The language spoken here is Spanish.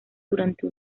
durante